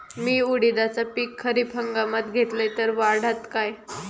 मी उडीदाचा पीक खरीप हंगामात घेतलय तर वाढात काय?